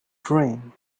dream